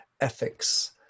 ethics